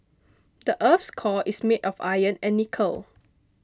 the earth's core is made of iron and nickel